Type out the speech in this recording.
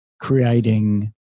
creating